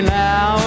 now